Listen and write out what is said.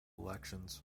elections